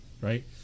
right